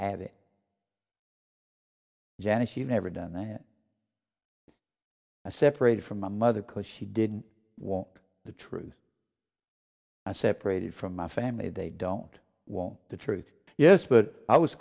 you've never done that i separated from my mother cause she didn't want the truth i separated from my family they don't want the truth yes but i was